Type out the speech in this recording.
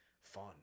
fun